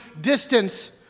distance